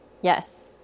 Yes